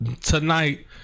tonight